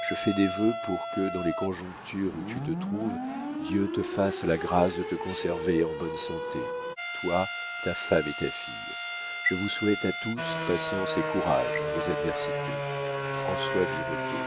je fais des vœux pour que dans les conjonctures où tu te trouves dieu te fasse la grâce de te conserver en bonne santé toi ta femme et ta fille je vous souhaite à tous patience et courage en vos adversités françois